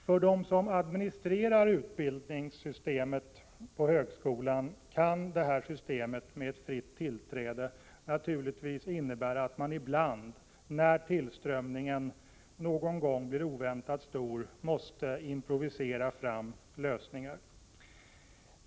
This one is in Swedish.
För dem som administrerar utbildningssystemet på högskolan kan ett system med fritt tillträde naturligtvis innebära att man ibland, när tillströmningen någon gång blir oväntat stor, måste improvisera fram lösningar.